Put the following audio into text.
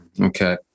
Okay